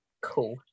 Cool